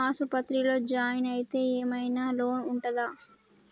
ఆస్పత్రి లో జాయిన్ అయితే ఏం ఐనా లోన్ ఉంటదా?